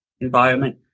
environment